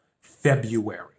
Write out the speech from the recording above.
February